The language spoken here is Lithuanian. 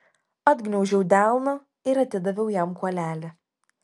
atgniaužiau delną ir atidaviau jam kuolelį